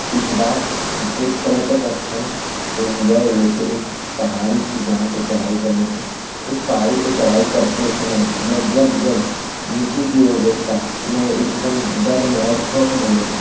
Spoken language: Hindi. एकबार एक पर्यटक स्थल पर गए हुए थे एक पहाड़ी थी जहाँ पर चढ़ाई करनी थी उस पहाड़ी पर चढ़ाई करते समय मैं जब जब नीचे की ओर देखता तो मैं एकदम डर में और खौफ़ में आ जाता